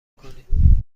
کنیم